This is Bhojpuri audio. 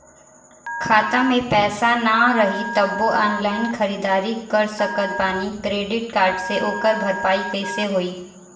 खाता में पैसा ना रही तबों ऑनलाइन ख़रीदारी कर सकत बानी क्रेडिट कार्ड से ओकर भरपाई कइसे होई?